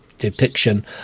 depiction